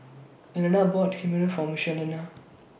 Elena bought Chigenabe For Michelina